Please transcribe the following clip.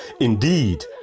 Indeed